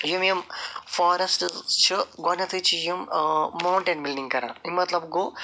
یِم یِم فارٮ۪سٹَس چھِ گۄڈنٮ۪تھٕے چھِ یِم ماونٹین بِلڈِنٛگ کران اَمیُک مَطلَب گوٚو